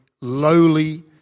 lowly